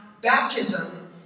Baptism